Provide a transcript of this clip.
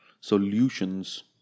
solutions